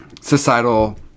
societal